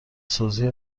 سازی